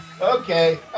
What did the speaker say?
Okay